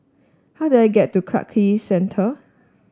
how do I get to Clarke Quay Central